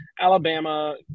Alabama